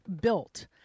built